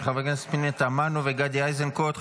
של חברי הכנסת פנינה תמנו וגדי איזנקוט.